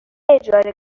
اجاره